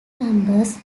chambers